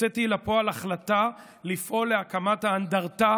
הוצאתי לפועל החלטה לפעול להקמת האנדרטה